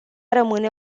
rămâne